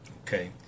Okay